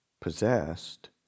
possessed